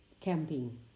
Camping